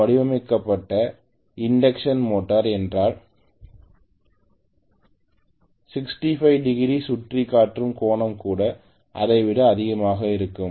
நன்கு வடிவமைக்கப்பட்ட induction motor என்றால் எனவே 65 டிகிரி சுற்றி காட்டும் கோணம் கூட அதை விட அதிகமாக இருக்கும்